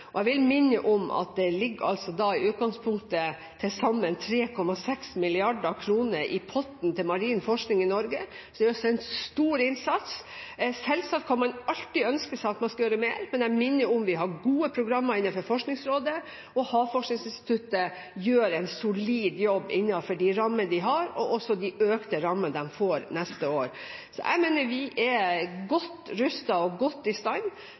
Jeg vil minne om at det altså i utgangspunktet ligger til sammen 3,6 mrd. kr i potten til marin forskning i Norge, så det gjøres en stor innsats. Selvsagt kan man alltid ønske seg at man skal gjøre mer, men jeg minner om at vi har gode programmer innenfor Forskningsrådet, og Havforskningsinstituttet gjør en solid jobb innenfor de rammene de har, og også innenfor de økte rammene de får neste år. Så jeg mener vi er godt rustet og godt i stand